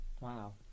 Wow